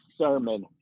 sermon